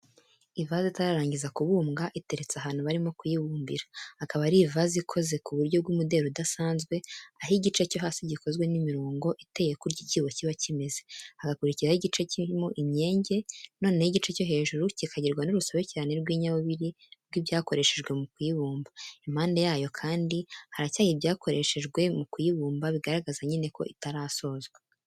Ivazi itararangiza kubumbwa iteretse ahantu barimo kuyibumbira, akaba ari ivazi ikoze ku buryo bw'umuderi udasanzwe aho igice cyo hasi gikoze n'imirongo, iteye kurya icyibo kiba kimeze, hagakurikiraho igice kirimo imyenge, noneho igice cyo hejuru kikagirwa n'urusobekerane rw'inyabubiri rw'ibyakoreshejwe mu kuyibumba, impande yayo kandi haracyari ibyakoreshejwe mu kuyibumba, bigaragaza nyine ko itarasozwa.